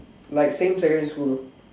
like same secondary school